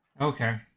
Okay